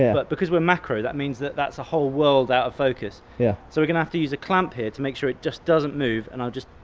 yeah but because we're macro that means that that's a whole world out of focus. yeah so we're gonna have to use a clamp here to make sure it just doesn't move, and i'll just,